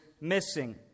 missing